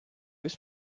his